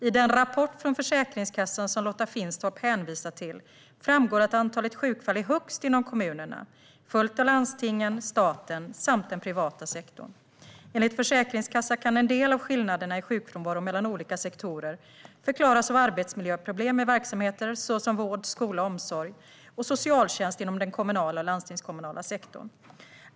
I den rapport från Försäkringskassan som Lotta Finstorp hänvisar till framgår att antalet sjukfall är störst inom kommunerna, följt av landstingen, staten samt den privata sektorn. Enligt Försäkringskassan kan en del av skillnaderna i sjukfrånvaro mellan olika sektorer förklaras av arbetsmiljöproblem i verksamheter såsom vård, skola, omsorg och socialtjänst inom den kommunala och landstingskommunala sektorn.